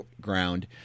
ground